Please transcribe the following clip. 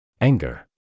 Anger